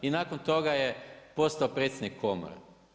I nakon toga je postao predsjednik komore.